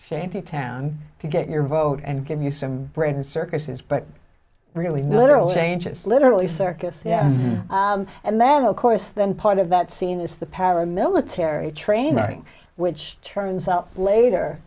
same town to get your vote and give you some bread and circuses but really literally changes literally circus and then of course then part of that scene is the paramilitary training which turns out later